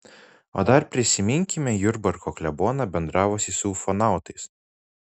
o dar prisiminkime jurbarko kleboną bendravusį su ufonautais